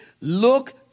Look